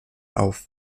auf